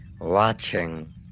Watching